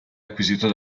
acquisito